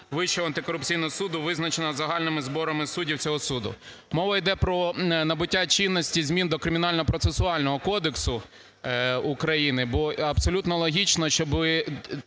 Вищого антикорупційного суду визначеного загальними зборами суддів цього суду. Мова йде про набуття чинності змін до Кримінально-процесуального кодексу України, бо абсолютно логічно, щоб